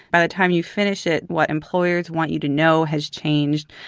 by the time you finish it, what employers want you to know has changed,